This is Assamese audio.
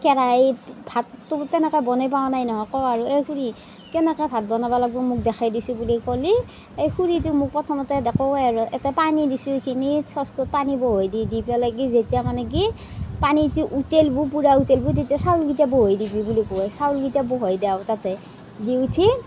কেৰাহিত ভাতটো তেনেকৈ বনাই পোৱা নাই নহয় কওঁ আৰু এই খুৰী কেনেকৈ ভাত বনাব লাগিব মোক দেখাই দেচোন বুলি কলি এই খুৰীটো মোক কয় আৰু এই পানী দিছোঁ এইখিনি চচটোত পানী বহুৱাই দি দিব লাগে যেতিয়া মানে কি পানীটো উতলিব পুৰা উতলিত তেতিয়া চাউলকেইটা বহুৱাই দিবি বুলি কয় চাউলকেইটা বহুৱাই দিও তাতে দি উঠি